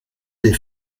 des